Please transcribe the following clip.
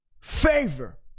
favor